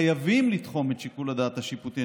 שבהם אנחנו חייבים לתחום את שיקול הדעת השיפוטי.